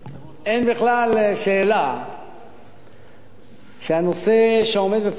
אין בכלל שאלה שהנושא שעומד בפנינו,